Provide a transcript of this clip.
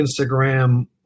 Instagram